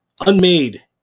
unmade